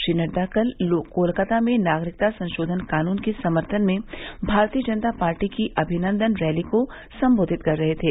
श्री नड्झ कल कोलकाता में नागरिकता संशोधन कानून के समर्थन में भारतीय जनता पार्टी की अभिनन्दन रैली को सम्बोधित कर रहे थे